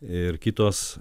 ir kitos